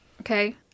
okay